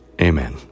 Amen